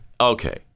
Okay